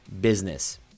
business